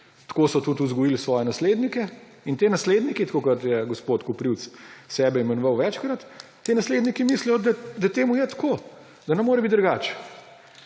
Tako so tudi vzgojili svoje naslednike. In ti nasledniki, tako kot je gospod Koprivc sebe imenoval večkrat, ti nasledniki mislijo, da temu je tako, da ne more biti drugače.